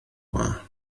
yma